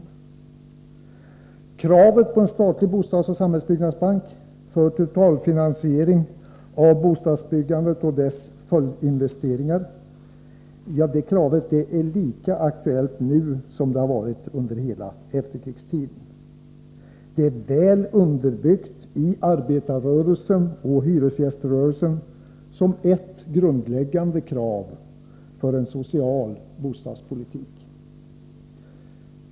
Kravet på en statlig bostadsoch samhällsbyggnadsbank för totalfinansiering av bostadsbyggande och följdinvesteringar är lika aktuellt nu som det varit under hela efterkrigstiden. Det är väl underbyggt i arbetarrörelsen och hyresgäströrelsen som ett grundläggande krav på en social bostadspolitik.